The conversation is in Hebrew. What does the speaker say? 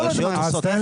הרשויות עושות את זה.